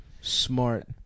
Smart